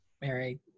Mary